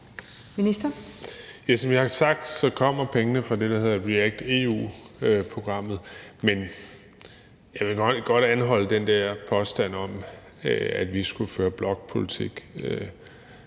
Bek): Som jeg har sagt, kommer pengene fra det, der hedder REACT-EU-programmet. Men jeg vil godt anholde den der påstand om, at vi skulle føre blokpolitik.